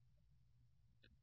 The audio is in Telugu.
విద్యార్థి ఉపాదించబడింది